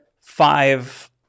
five